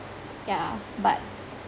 yeah but